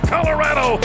Colorado